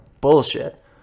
bullshit